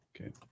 okay